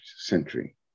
century